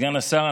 סגן השר,